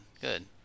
good